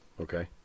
Okay